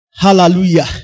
Hallelujah